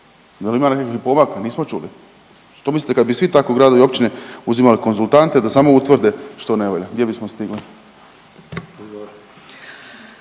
Jel ima nekakvih pomaka, nismo čuli. Što mislite kad bi svi tako gradovi i općine uzimali konzultante da samo utvrde što ne valja, gdje bilo stigli?